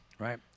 Right